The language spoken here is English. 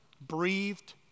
breathed